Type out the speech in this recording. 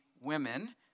women